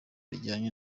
rijyanye